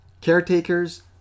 caretakers